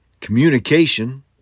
communication